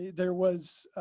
there was,